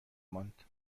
ماند